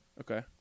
Okay